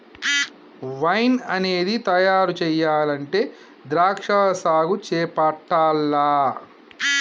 wine అనేది తయారు చెయ్యాలంటే ద్రాక్షా సాగు చేపట్టాల్ల